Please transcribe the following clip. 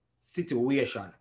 situation